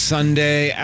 Sunday